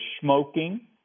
smoking